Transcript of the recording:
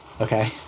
Okay